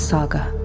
Saga